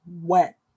wet